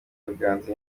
biganza